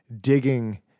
digging